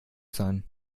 sein